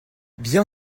bien